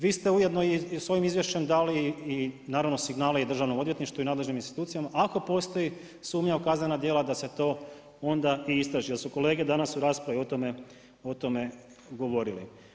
Vi ste ujedno i svojim izvješće dali i naravno signale i Državnom odvjetništvu i nadležnim institucijama, ako postoji sumnja u kaznena djela, da se to onda i istraži jer su kolege danas u raspravi o tome govorili.